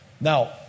Now